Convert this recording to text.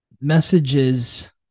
messages